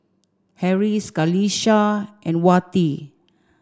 Harris Qalisha and Wati